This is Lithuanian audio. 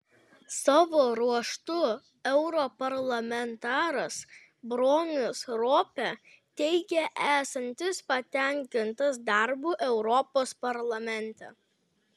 savo ruožtu europarlamentaras bronis ropė teigė esantis patenkintas darbu europos parlamente